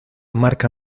marca